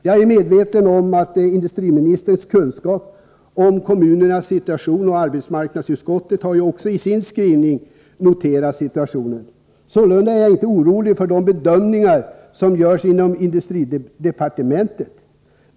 Jag är medveten om industriministerns kunskap om kommunernas situation, och arbetsmarknadsutskottet har i sin skrivning också noterat situationen. Sålunda är jag inte så orolig för de bedömningar som görs inom industridepartementet.